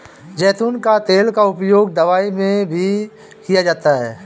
ज़ैतून का तेल का उपयोग दवाई में भी किया जाता है